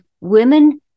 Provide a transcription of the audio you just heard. women